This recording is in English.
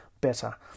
better